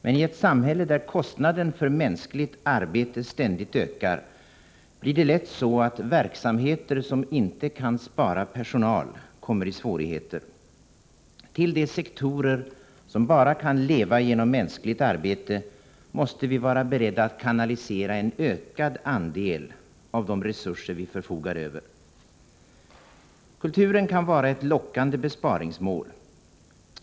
Men i ett samhälle där kostnaden för mänskligt arbete ständigt ökar blir det lätt så, att verksamheter där man inte kan spara personal kommer i svårigheter. Till de sektorer som bara kan leva genom mänskligt arbete måste vi vara beredda att kanalisera en ökad andel av de resurser vi förfogar över. Kulturen kan vara ett lockande besparingsmål.